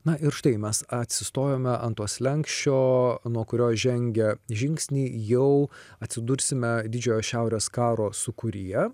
na ir štai mes atsistojome ant to slenksčio nuo kurio žengę žingsnį jau atsidursime didžiojo šiaurės karo sūkuryje